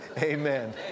Amen